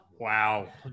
Wow